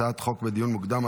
הצעות חוק בדיון מוקדם.